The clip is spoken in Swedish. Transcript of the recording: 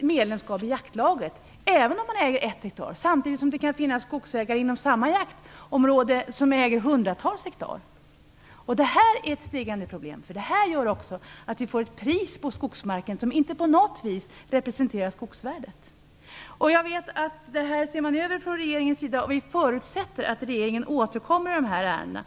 medlemskap i jaktlaget även om man bara äger 1 hektar. Samtidigt kan det finnas andra skogsägare inom samma jaktområde som äger hundratals hektar. Detta är ett ökande problem, eftersom det gör att vi får ett pris på skogsmarken som inte på något vis representerar skogsvärdet. Jag vet att regeringen ser över detta, och vi i Miljöpartiet förutsätter att regeringen återkommer i de här ärendena.